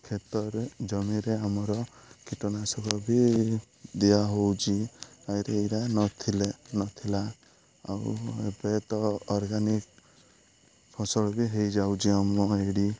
କ୍ଷେତରେ ଜମିରେ ଆମର କୀଟନାଶକ ବି ଦିଆହଉଛି ଆରେ ଏରା ନଥିଲେ ନଥିଲା ଆଉ ଏବେ ତ ଅର୍ଗାନିକ ଫସଲ ବି ହେଇଯାଉଛି ଆମ ଏଠି